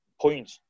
point